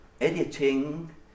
editing